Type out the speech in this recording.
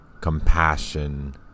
compassion